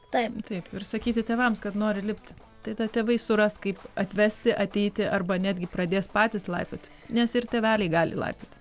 taip taip ir sakyti tėvams kad nori lipti tada tėvai suras kaip atvesti ateiti arba netgi pradės patys laipioti nes ir tėveliai gali laipiot